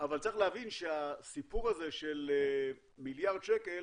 אבל צריך להבין שהסיפור הזה של מיליארד שקל